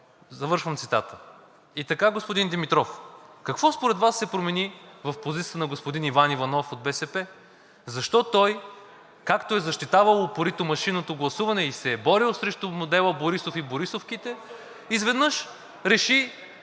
Завършвам цитата. И така, господин Димитров, какво според Вас се промени в позицията на господин Иван Иванов от БСП? Защо той, както е защитавал упорито машинното гласуване и се е борел срещу модела „Борисов“ и борисовките, изведнъж реши